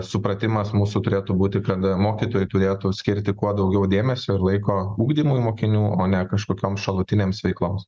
supratimas mūsų turėtų būti kad mokytojai turėtų skirti kuo daugiau dėmesio ir laiko ugdymui mokinių o ne kažkokioms šalutinėms veikloms